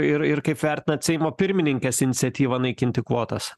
ir ir kaip vertinat seimo pirmininkės iniciatyvą naikinti kvotas